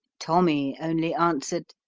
tommy only answered,